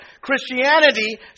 Christianity